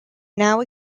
now